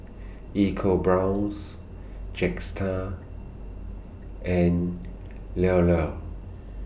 EcoBrown's Jetstar and Llao Llao